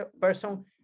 person